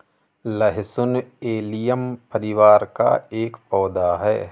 लहसुन एलियम परिवार का एक पौधा है